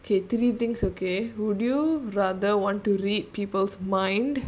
K three things okay would you rather want to read people's mind